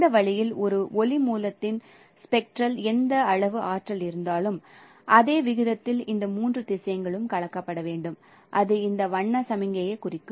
இந்த வழியில் ஒரு ஒளி மூலத்தின் ஸ்பெக்ட்ரமில் எந்த அளவு ஆற்றல் இருந்தாலும் அதே விகிதத்தில் இந்த மூன்று திசையன்களும் கலக்கப்பட வேண்டும் அது இந்த வண்ண சமிக்ஞையை குறிக்கும்